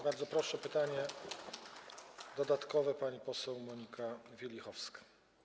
Bardzo proszę, pytanie dodatkowe - pani poseł Monika Wielichowska.